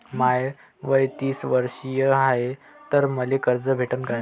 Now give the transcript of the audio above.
माय वय तीस वरीस हाय तर मले कर्ज भेटन का?